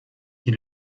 dit